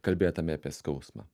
kalbėdami apie skausmą